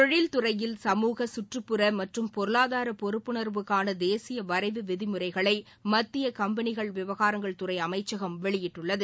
தொழில்துறையில் சமூக சுற்றுப்புற மற்றும் பொருளாதார பொறுப்புணர்வுக்கான தேசிய வரைவு விதிமுறைகளை மத்திய கம்பெனி விவகாரங்கள் துறை அமைச்சகம் வெளியிட்டுள்ளது